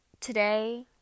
Today